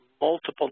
multiple